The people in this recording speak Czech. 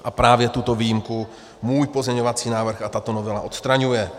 A právě tuto výjimku můj pozměňovací návrh a tato novela odstraňuje.